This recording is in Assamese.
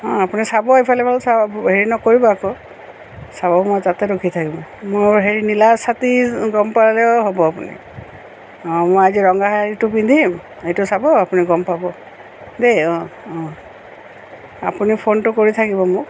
অঁ আপুনি চাব ইফাল সিফাল হেৰি নকৰিব আকৌ চাব মই তাতে ৰখি থাকিম মই হেৰি নীলা ছাটি গম পালেও হ'ব আপুনি মই আজি ৰঙা শাড়ীটো পিন্ধিম সেইটো চাব আপুনি গম পাব দেই অঁ অঁ আপুনি ফোনটো কৰি থাকিব মোক